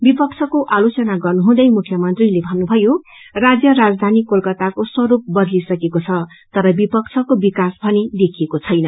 विपक्षको आलोचना गर्नुहुँदै मुख्यमन्त्रीले भन्नुभयो राज्य राजधानी कोलकाताको स्वरूप बहली सूकेको छ तर विपक्षको विकास भने देखिएको छैन